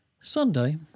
Sunday